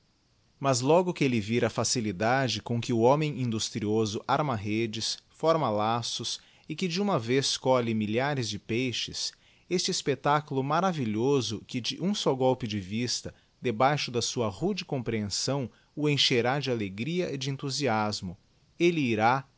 mas ioga que elle vir a facifldade com que o hò íilôifl industrioso arilia redes féf ma laçoô e que de uma vé colhe milhares de peixes este espectáculo maratfihoso qiie de um só golpe de vfeta debaixo da st hírde cotnprehensâo o encherá de alegria e de enthttfiftksmo élle irá